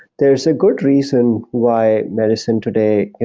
there is a good reason why medicine today